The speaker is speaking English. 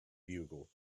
bugle